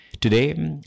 Today